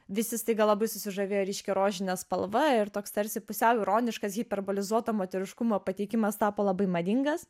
visi staiga labai susižavėjo ryškia rožine spalva ir toks tarsi pusiau ironiškas hiperbolizuoto moteriškumo pateikimas tapo labai madingas